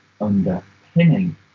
underpinning